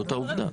זאת העובדה.